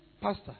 pastor